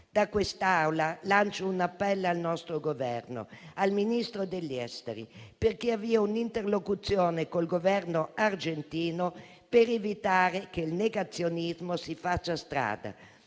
Da quest'Aula lancio un appello al nostro Governo, al Ministro degli affari esteri, perché avvii un'interlocuzione col Governo argentino per evitare che il negazionismo si faccia strada.